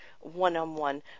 one-on-one